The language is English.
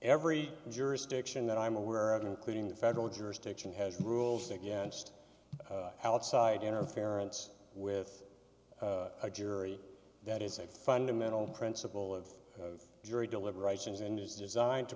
every jurisdiction that i'm aware of including the federal jurisdiction has rules against outside interference with a jury that is a fundamental principle of jury deliberations and is designed to